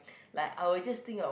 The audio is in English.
like I will just think of